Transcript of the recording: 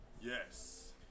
Yes